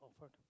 offered